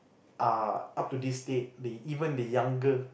are up to this date they even the younger